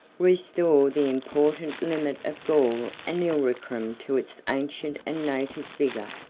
restore the important limit of gaul and illyricum to its ancient and native vigor.